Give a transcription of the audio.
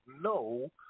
no